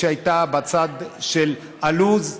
שהייתה בצד של הלו"ז.